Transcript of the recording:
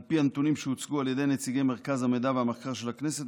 על פי הנתונים שהוצגו על ידי נציגי מרכז המידע והמחקר של הכנסת,